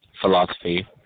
philosophy